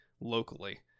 locally